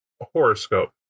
horoscope